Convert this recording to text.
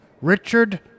Richard